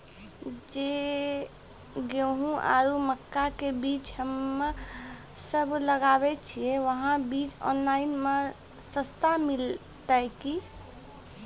जे गेहूँ आरु मक्का के बीज हमे सब लगावे छिये वहा बीज ऑनलाइन मे सस्ता मिलते की?